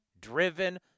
driven